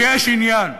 ויש עניין: